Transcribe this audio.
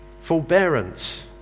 Forbearance